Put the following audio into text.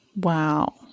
Wow